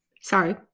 Sorry